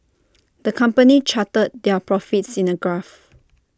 the company charted their profits in A graph